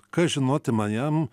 kas žinotina jam